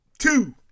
Two